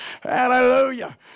Hallelujah